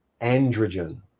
androgen